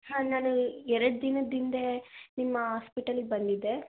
ಹಾಂ ನಾನು ಎರಡು ದಿನದ ಹಿಂದೇ ನಿಮ್ಮ ಆಸ್ಪಿಟಲಿಗೆ ಬಂದಿದ್ದೆ